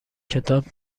کتاب